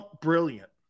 brilliant